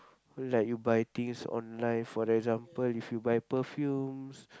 like you buy things online for example if you buy perfumes